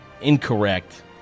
Incorrect